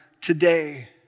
today